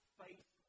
faith